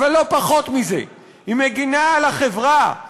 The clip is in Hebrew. אבל לא פחות מזה היא מגינה על החברה,